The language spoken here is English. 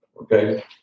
Okay